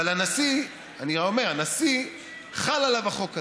אבל הנשיא, חל עליו החוק הזה,